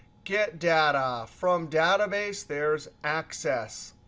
get data, from database, there's access.